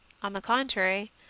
on the contrary,